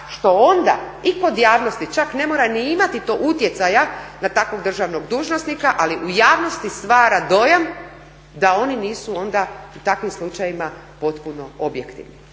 što onda i kod javnosti čak ne mora ni imati to utjecaja na takvog državnog dužnosnika ali u javnosti stvara dojam da oni nisu onda u takvim slučajevima potpuno objektivni.